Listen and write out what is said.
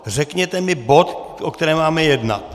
Řekněte mi bod, o kterém máme jednat.